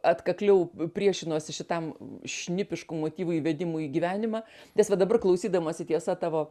atkakliau priešinausi šitam šnipiškų motyvų įvedimui į gyvenimą nes va dabar klausydamasi tiesa tavo